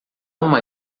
uma